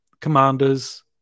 commanders